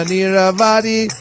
Niravadi